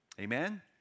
Amen